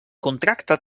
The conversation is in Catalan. contracte